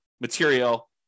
material